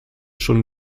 schon